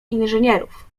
inżynierów